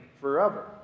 forever